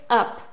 up